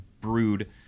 brewed